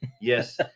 Yes